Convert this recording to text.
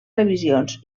revisions